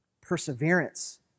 perseverance